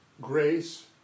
grace